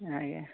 ଆଜ୍ଞା